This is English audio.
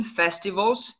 festivals